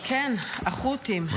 כן, החות'ים.